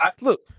look